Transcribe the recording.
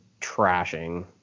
trashing